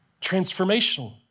Transformational